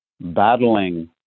battling